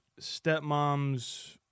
stepmom's